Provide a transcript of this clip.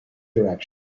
direction